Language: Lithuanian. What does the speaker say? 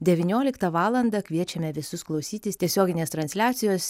devynioliktą valandą kviečiame visus klausytis tiesioginės transliacijos